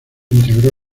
integró